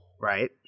right